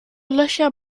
löcher